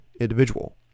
individual